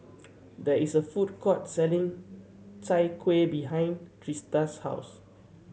there is a food court selling Chai Kuih behind Trista's house